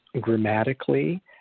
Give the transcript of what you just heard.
grammatically